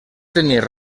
tenir